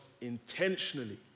intentionally